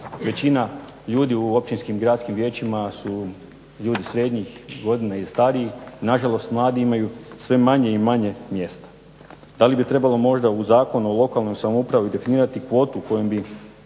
većina ljudi u općinskim, gradskim vijećima su ljudi srednjih godina i stariji. Na žalost, mladi imaju sve manje i manje mjesta. Da li bi trebalo možda u Zakonu o lokalnoj samoupravi definirati kvotu kojom bi